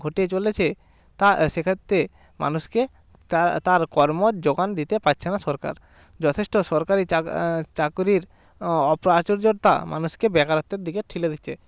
ঘটে চলেছে তা সে ক্ষেত্রে মানুষকে তার কর্মর যোগান দিতে পাচ্ছে না সরকার যথেষ্ট সরকারি চাক চাকুরির অঅপ্রাচুর্যতা মানুষকে বেকারত্বের দিকে ঠেলে দিচ্ছে